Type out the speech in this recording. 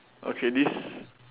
okay this